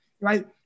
right